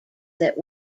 that